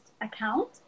account